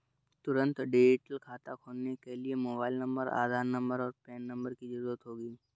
तुंरत डिजिटल खाता खोलने के लिए मोबाइल नंबर, आधार नंबर, और पेन नंबर की ज़रूरत होगी